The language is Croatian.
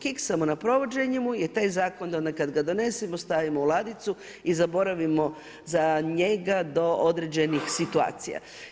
Kiksamo na provođenju jer taj zakon onda kad ga donesemo, stavimo u ladicu i zaboravimo za njega do određenih situacija.